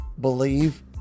believe